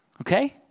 Okay